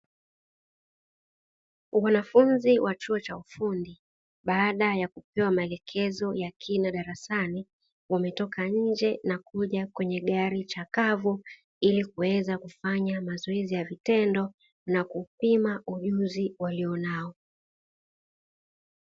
Wanafunzi wa chuo cha ufundi, baada ya kupewa maelekezo ya kina darasani, wametoka nje na kuja kwenye gari chakavu, ili kuweza kufanya mazoezi ya vitendo na kupima ujuzi walio nao.